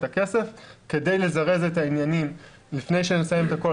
הכסף כדי לזרז את העניינים לפני שנסיים את הכול,